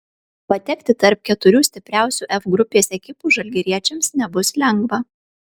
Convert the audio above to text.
patekti tarp keturių stipriausių f grupės ekipų žalgiriečiams nebus lengva